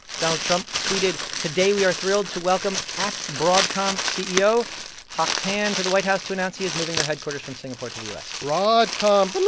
donald trump tweeted, today, we are thrilled to welcome at broadcom ceo hock tan to the white house to announce he is moving their headquarters from singapore to the u s broadcom. but um